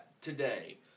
today